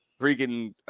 freaking